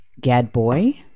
Gadboy